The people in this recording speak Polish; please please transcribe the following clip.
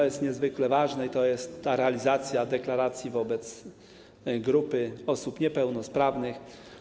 Jest to niezwykle ważne i jest to realizacja deklaracji wobec grupy osób niepełnosprawnych.